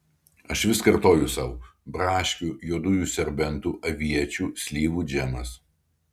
aš vis kartoju sau braškių juodųjų serbentų aviečių slyvų džemas